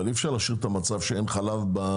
אבל אי אפשר להשאיר את המצב כמו שהוא שאין חלב בסופרים.